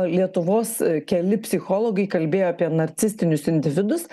lietuvos keli psichologai kalbėjo apie narcistinius individus